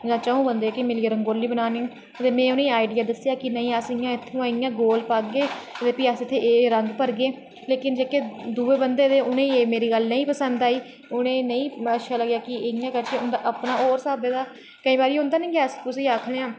तुसें च'ऊं बंदे मिलियै रंगोली बनानी ते में उनेगी आडिया दस्सेआ कि नेईं अस इत्थुमां दा इयां गोल पाह्गे ते फ्ही अस इत्थें एह् एह् रंग भरगे लेकिन जेह्के दुए बंदे हे उनेगी मेरी एह् गल्ल नेईं पसंद आई उनेगी नेईं अच्छा लग्गेआ उंदा होर हिसाबे दा हा केईं बारी होंदा ऐ ना अस कुसे गी आखने आं